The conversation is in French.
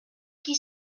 qui